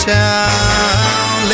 town